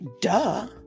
duh